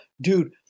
dude